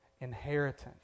Inheritance